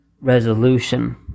resolution